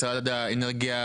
זה על דעתו של משרד האנרגיה?